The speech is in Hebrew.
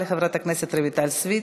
תודה רבה לחברת הכנסת רויטל סויד.